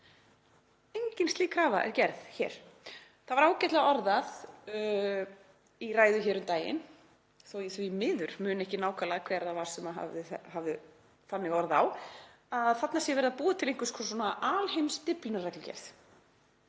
Engin slík krafa er gerð hér. Það var ágætlega orðað í ræðu um daginn, þó að því miður muni ég ekki nákvæmlega hver það var sem hafði svo orð á, að þarna sé verið að búa til einhvers konar alheims-Dyflinnarreglugerð.